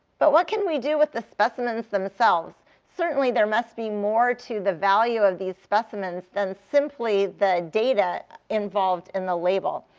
but what can we do with the specimens themselves? certainly there must be more to the value of these specimens than simply the data involved in the label.